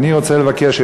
ואני רוצה לבקש,